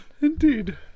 Indeed